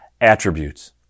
attributes